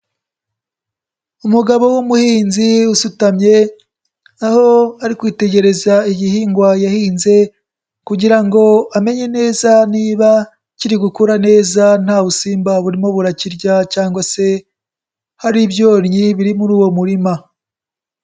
Umugabo w'umuhinzi usutamye, aho ari kwitegereza igihingwa yahinze kugira ngo amenye neza, niba kiri gukura neza nta busimba burimo burakirya cyangwa se hari ibyonnyi biri muri uwo murima.